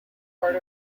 part